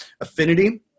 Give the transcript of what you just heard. affinity